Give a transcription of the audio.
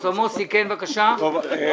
מוסי, כן, בבקשה, בקצרה.